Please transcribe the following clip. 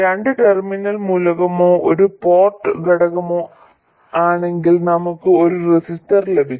രണ്ട് ടെർമിനൽ മൂലകമോ ഒരു പോർട്ട് ഘടകമോ ആണെങ്കിൽ നമുക്ക് ഒരു റെസിസ്റ്റർ ലഭിച്ചു